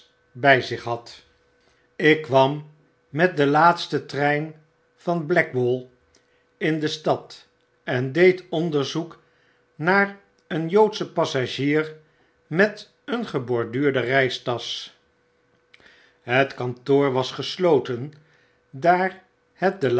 bij zich had lk kwam met den laatsten trein van blackwall in de stad en deed onderzoek naar een joodschen passagier met een geborduurde reistasch het kantoor was gesloten daar